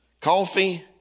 coffee